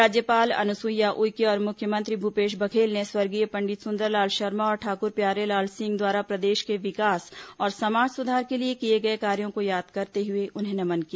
राज्यपाल अनुसुईया उइके और मुख्यमंत्री भूपेश बघेल ने स्वर्गीय पंडित सुंदरलाल शर्मा और ठाकुर प्यारेलाल सिंह द्वारा प्रदेश के विकास और समाज सुधार के लिए किए गए कार्यों को याद करते हुए उन्हें नमन किया